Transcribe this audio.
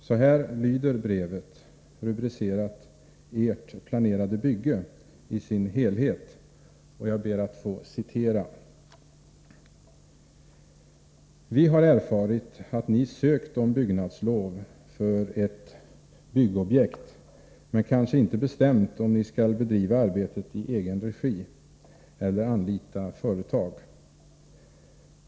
Så här lyder brevet, rubricerat ”Ert planerade bygge”, i sin helhet: ”Vi har erfarit att Ni sökt om byggnadslov för ett byggobjekt, men kanske inte bestämt om Ni skall bedriva arbetet i egen regi eller anlita företag.